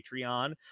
Patreon